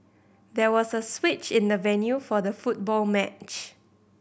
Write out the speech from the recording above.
there was a switch in the venue for the football match